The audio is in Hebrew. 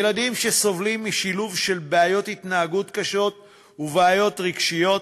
ילדים שסובלים משילוב של בעיות התנהגות קשות ובעיות רגשיות.